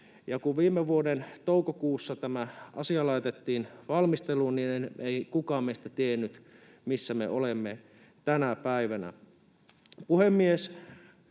ja kun viime vuoden toukokuussa tämä asia laitettiin valmisteluun, ei kukaan meistä tiennyt, missä me olemme tänä päivänä.